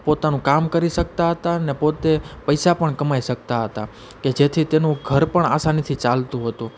પોતાનું કામ કરી શકતા હતા ને પોતે પૈસા પણ કમાઈ શકતા હતા કે જેથી તેનું ઘર પણ આસાનીથી ચાલતું હતું